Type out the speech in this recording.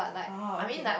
oh okay